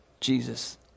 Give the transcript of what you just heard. Jesus